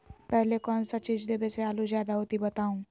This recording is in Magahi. पहले कौन सा चीज देबे से आलू ज्यादा होती बताऊं?